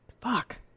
Fuck